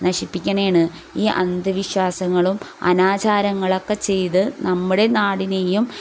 നശിപ്പിക്കണതാണ് ഈ അന്ധവിശ്വാസങ്ങളും അനാചാരങ്ങളൊക്കെ ചെയ്ത് നമ്മുടെ നാടിനെയും